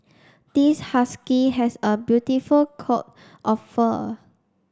this husky has a beautiful coat of fur